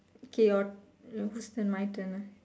okay your whose turn my turn ah